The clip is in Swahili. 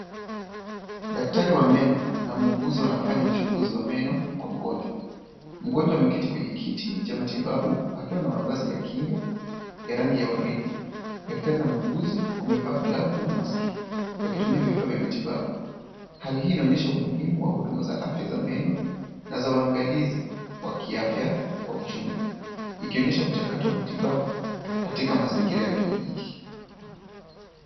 Daktari wa meno na muuguzi wanafanya uchunguzi wa meno kwa mgonjwa. Mgonjwa ameketi kwenye kiti, cha matibabu, akiwa na mavazi ya kinga, ya rangi ya waridi. Daktari na muuguzi wamevaa glavu na maski . Wakitumia vifaa vya matibabu, hali hii inaonyesha umuhimu wa huduma za afya za meno na za waangalizi wa kiafya kwa ujumla. Ikionyesha mchakato wa matibabu, katika mazingira ya kliniki,